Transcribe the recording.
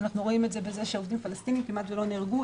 אנחנו רואים את זה בזה שעובדים פלסטינים כמעט שלא נהרגו,